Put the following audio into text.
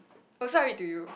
oh so I read to you